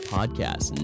Podcast